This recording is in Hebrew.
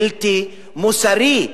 בלתי מוסרי.